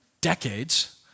decades